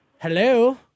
Hello